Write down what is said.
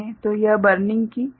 तो यह बर्निंग की प्रक्रिया है